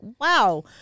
wow